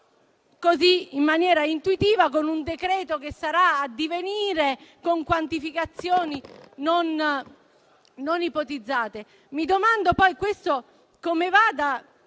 così, in maniera intuitiva, con un decreto-legge che sarà a divenire, con quantificazioni non ipotizzate.